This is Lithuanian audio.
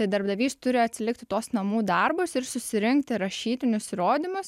tai darbdavys turi atsilikti tuos namų darbus ir susirinkti rašytinius įrodymus